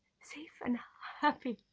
safe and happy.